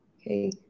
Okay